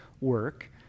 work